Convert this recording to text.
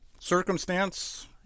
circumstance